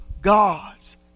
God's